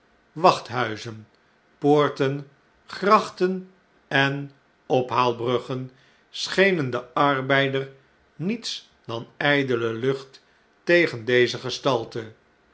wachthuizen poorten grachten en ophaalbruggen schenen den arbeider niets dan jjdele lucht tegen deze gestalte